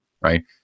right